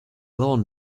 lawn